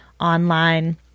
online